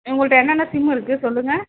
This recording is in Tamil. உங்கள்கிட்ட என்னென்ன சிம் இருக்குது சொல்லுங்கள்